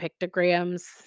pictograms